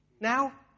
Now